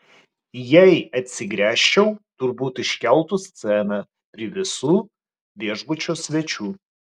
jei atsigręžčiau turbūt iškeltų sceną prie visų viešbučio svečių